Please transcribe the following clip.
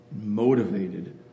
Motivated